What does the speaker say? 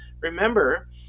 Remember